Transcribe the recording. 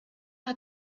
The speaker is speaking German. hat